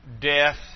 death